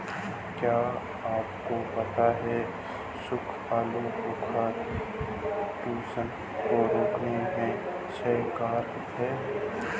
क्या आपको पता है सूखा आलूबुखारा ट्यूमर को रोकने में सहायक है?